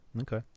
Okay